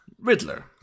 Riddler